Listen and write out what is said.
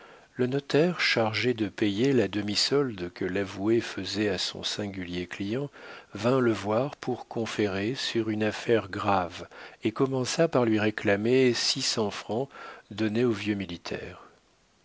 le notaire chargé de payer la demi-solde que l'avoué faisait à son singulier client vint le voir pour conférer sur une affaire grave et commença par lui réclamer six cents francs donnés au vieux militaire